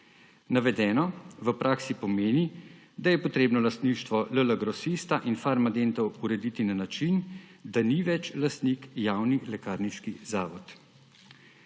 Navedeno v praksi pomeni, da je potrebno lastništvo LL Grosista in Farmadenta urediti na način, da ni več lastnik javni lekarniški zavod.